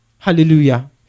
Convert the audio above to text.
Hallelujah